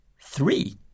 Three